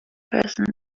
person